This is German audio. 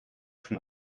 schon